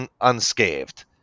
unscathed